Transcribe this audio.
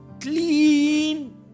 clean